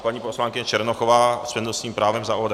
Paní poslankyně Černochová s přednostním právem za ODS.